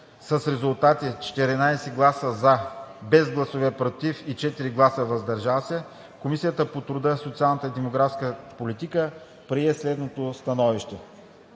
с резултати: 14 гласа „за“, без гласове „против“ и 4 гласа „въздържал се“, Комисията по труда, социалната и демографската политика прие следното становище: